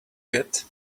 get